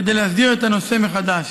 כדי להסדיר את הנושא מחדש.